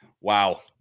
wow